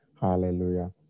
Hallelujah